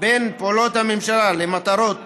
בין פעולות הממשלה למטרות